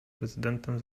prezydentem